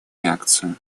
реакцию